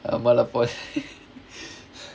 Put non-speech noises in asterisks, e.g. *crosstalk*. *laughs*